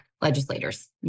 legislators